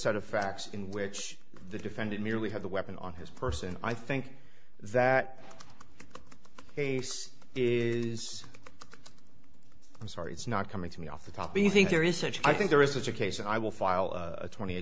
sort of facts in which the defendant merely had the weapon on his person i think that case is i'm sorry it's not coming to me off the top you think there is such i think there is such a case and i will file a twenty